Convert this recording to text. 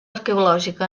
arqueològica